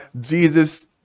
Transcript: Jesus